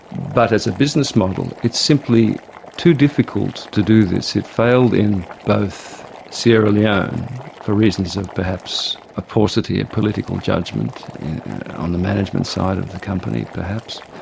but as a business model it's simply too difficult to do this. it failed in both sierra leone for reasons of perhaps a paucity of and political judgement on the management side of the company perhaps,